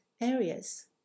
areas